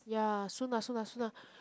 ya soon lah soon lah soon lah